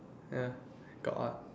ya got what